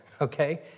okay